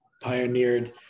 pioneered